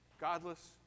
godless